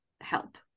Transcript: help